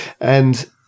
and-